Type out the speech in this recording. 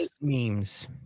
memes